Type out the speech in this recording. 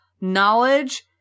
knowledge